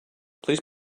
please